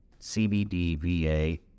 CBDVA